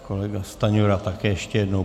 Kolega Stanjura také ještě jednou.